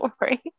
right